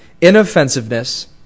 inoffensiveness